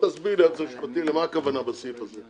תסביר לי, היועץ המשפטי, למה הכוונה בסעיף הזה.